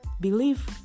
believe